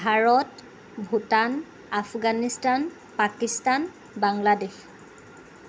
Bharat Bhutan Afghanistan Pakistan Bangladesh